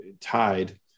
tied